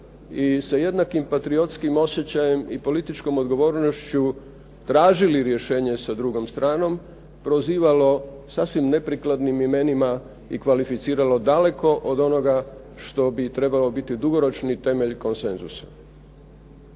i sa jednakim patriotskim osjećajem i političkom odgovornošću tražili rješenje sa drugom stranom, prozivalo sasvim neprikladnim imenima i kvalificiralo daleko od onoga što bi trebalo biti dugoročni temelj konsenzusa.